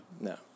No